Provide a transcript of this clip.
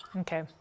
Okay